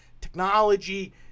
technology